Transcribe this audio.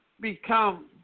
become